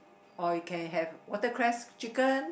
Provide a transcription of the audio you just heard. or you can have watercress chicken